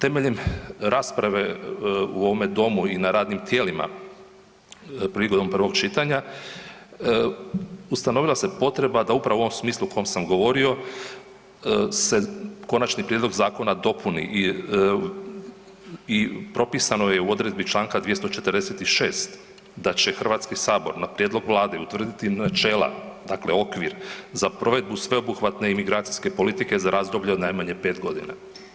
Temeljem rasprave u ovome domu i na radnim tijelima, prigodom prvog čitanja, ustanovila se potreba da upravo u ovom smislu u kom sam govorio se konačni prijedlog zakona dopuni i propisano je u odredbi čl. 246. da će HS na prijedlog Vlade utvrditi načela, dakle okvir za provedbu sveobuhvatne imigracijske politike za razdoblje od najmanje 5 godina.